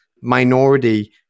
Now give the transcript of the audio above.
minority